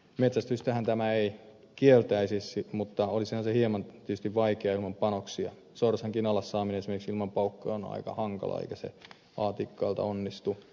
metsästystähän tämä ei kieltäisi mutta olisihan tietysti hieman vaikeaa ilman panoksia sorsankin alas saaminen esimerkiksi ilman paukkua se on aika hankalaa eikä se a tikkailta onnistu